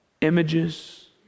images